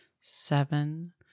seven